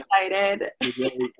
excited